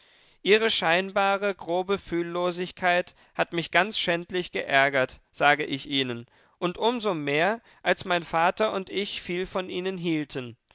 ihre scheinbare grobe fühllosigkeit hat mich ganz schändlich geärgert sage ich ihnen und um so mehr als mein vater und ich viel von ihnen hielten